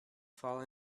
fall